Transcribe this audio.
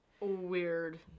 Weird